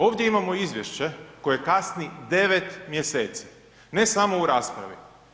Ovdje imamo izvješće koje kasni 9 mjeseci, ne samo u raspravi.